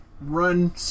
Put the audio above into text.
run